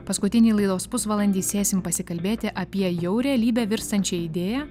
paskutinį laidos pusvalandį sėsim pasikalbėti apie jau realybe virstančią idėją